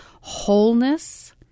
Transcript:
wholeness